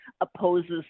opposes